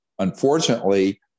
Unfortunately